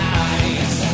eyes